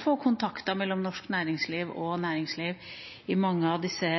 få kontakt mellom norsk næringsliv og næringslivet i mange av disse